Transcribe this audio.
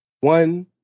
One